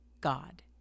God